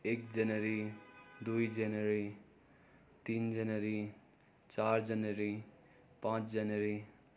एक जनवरी दुई जनवरी तिन जनवरी चार जनवरी पाँच जनवरी